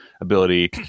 ability